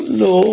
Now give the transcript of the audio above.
no